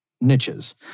niches